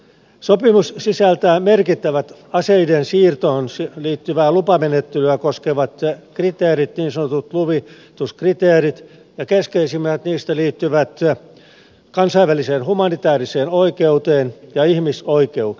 sopimus sisältää merkittävät aseiden siirtoon liittyvää lupamenettelyä koskevat kriteerit niin sanotut luvituskriteerit ja keskeisimmät niistä liittyvät kansainväliseen humanitääriseen oikeuteen ja ihmisoikeuksiin